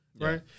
Right